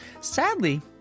sadly